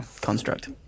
construct